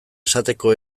esateko